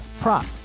prop